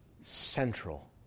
central